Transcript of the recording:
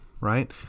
right